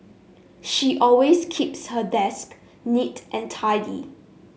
she always keeps her desk neat and tidy